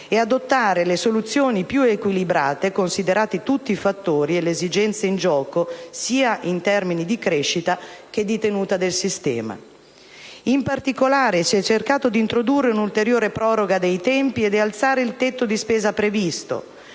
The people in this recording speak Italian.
e adottare le soluzioni più equilibrate, considerati tutti i fattori e le esigenze in gioco, sia in termini di crescita che di tenuta del sistema. In particolare, si è cercato di introdurre un'ulteriore proroga dei tempi e di alzare il tetto di spesa previsto,